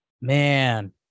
man